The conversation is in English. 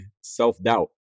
self-doubt